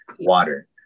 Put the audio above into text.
water